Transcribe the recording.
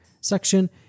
section